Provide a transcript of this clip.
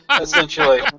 Essentially